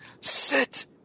sit